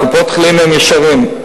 קופות-החולים, הם ישרים,